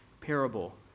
parable